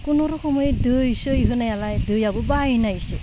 खुनुरुखमै दै सै होनायालाय दैयाबो बायनायसो